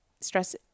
Stress